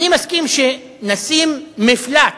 אני מסכים שנשים מפלט